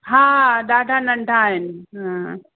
हा ॾाढा नंढा आहिनि हूं